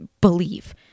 believe